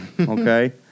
Okay